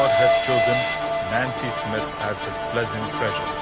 has chosen nancy smith as his pleasant treasure.